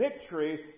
victory